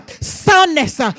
soundness